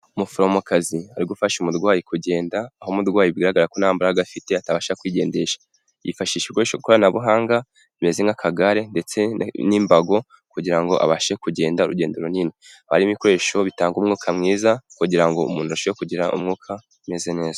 Umuforomokazi ari gufasha umurwayi kugenda, aho umurwayi bigaragara ko ntambaraga afite atabasha kwigendesha, yifashisha igikoresho koranabuhanga bimeze nk'akagare ndetse n'imbago kugira ngo abashe kugenda urugendo runini, harimo ibikoresho bitanga umwuka mwiza kugira umuntu arusheho kugira umwuka umeze neza.